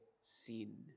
sin